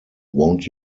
won’t